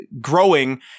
growing